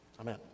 Amen